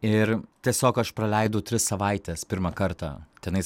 ir tiesiog aš praleidau tris savaites pirmą kartą tenais